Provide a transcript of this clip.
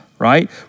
Right